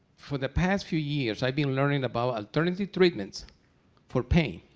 for the past few years, i've been learning about alternative treatments for pain,